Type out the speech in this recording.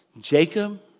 Jacob